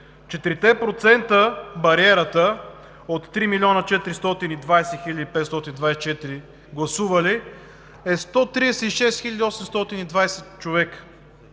бариерата от 3 милиона 420 хиляди 524 гласували е 136 хиляди 820 човека!